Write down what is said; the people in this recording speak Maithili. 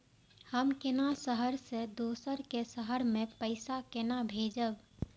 हम केना शहर से दोसर के शहर मैं पैसा केना भेजव?